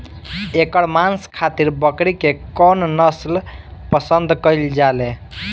एकर मांस खातिर बकरी के कौन नस्ल पसंद कईल जाले?